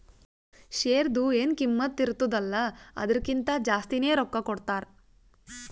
ಶೇರ್ದು ಎನ್ ಕಿಮ್ಮತ್ ಇರ್ತುದ ಅಲ್ಲಾ ಅದುರ್ಕಿಂತಾ ಜಾಸ್ತಿನೆ ರೊಕ್ಕಾ ಕೊಡ್ತಾರ್